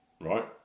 Right